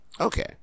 Okay